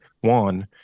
one